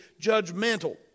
judgmental